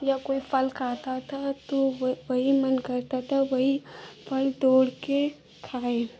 या कोई फल खाता था तो व वही मन करता था वही फल तोड़कर खाएँ